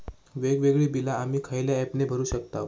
वेगवेगळी बिला आम्ही खयल्या ऍपने भरू शकताव?